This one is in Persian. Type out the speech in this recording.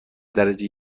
درجه